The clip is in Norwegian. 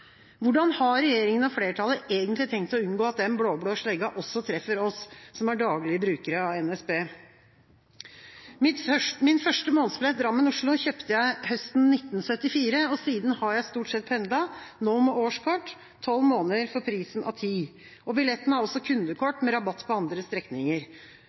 Hvordan har regjeringa og flertallet egentlig tenkt å unngå at den blå-blå slegga også treffer oss som er daglige brukere av NSB? Min første månedsbillett Drammen–Oslo kjøpte jeg høsten 1974. Siden har jeg stort sett pendlet, nå med årskort – tolv måneder for prisen av ti. Billetten er også kundekort med rabatt på andre strekninger.